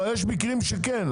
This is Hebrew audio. אבל יש מקרים שכן.